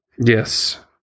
Yes